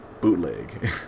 bootleg